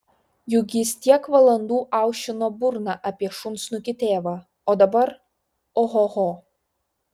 juk jis tiek valandų aušino burną apie šunsnukį tėvą o dabar ohoho